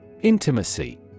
Intimacy